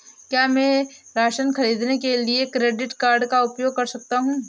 क्या मैं राशन खरीदने के लिए क्रेडिट कार्ड का उपयोग कर सकता हूँ?